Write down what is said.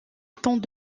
étant